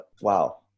wow